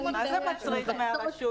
איזה התמודדות זה מצריך מהרשות?